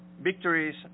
victories